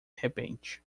repente